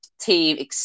team